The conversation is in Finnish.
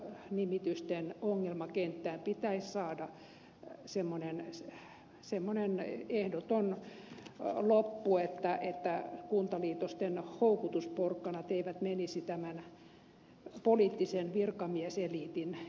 nimitysten ongelmakenttää pitää virkanimitysten ongelmakenttään pitäisi saada semmoinen ehdoton loppu että kuntaliitosten houkutusporkkanat eivät menisi tämän poliittisen virkamieseliitin elättämiseen